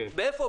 ואיפה?